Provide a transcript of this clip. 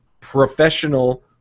professional